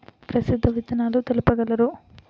ప్రసిద్ధ విత్తనాలు తెలుపగలరు?